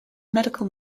medical